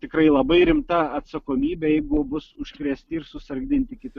tikrai labai rimta atsakomybė jeigu bus užkrėsti ir susargdinti kiti